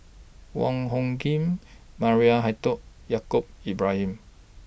Wong Hung Khim Maria Hertogh Yaacob Ibrahim